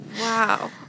Wow